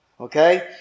okay